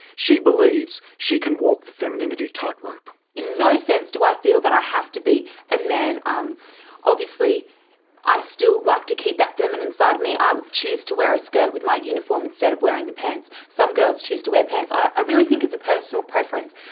she believes she can walk the femininity tightrope. in no sense do i feel that i have to be a man. um obviously i still like to keep that feminine side of me. i choose to wear a skirt with my uniform instead of wearing the pants, some girls choose to wear pants. i really think it's a personal preference.